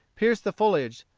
pierced the foliage,